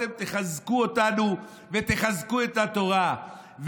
אתם תחזקו אותנו ותחזקו את התורה.